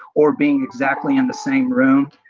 or being exactly in the same room.